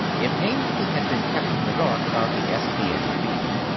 if hengly had been kept in the dark about the s p n b,